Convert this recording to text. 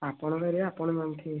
ଆପଣଙ୍କ ଏରିଆ ଆପଣ ଜାଣିଥିବେ